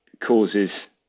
causes